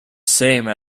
same